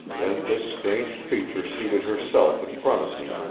then this strange creature seated herself in front of me,